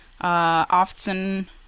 often